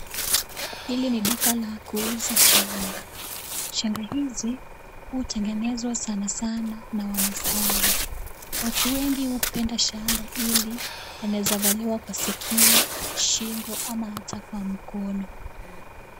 Hili ni duka la kuuza shanga. Shanga hizi hutengenezwa sanasana na wamasai. Watu wengi hupenda shanga ili inaweza valiwa kwa sikio, shingo ama hata kwa mkono.